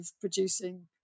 producing